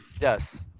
Yes